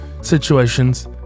situations